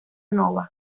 nova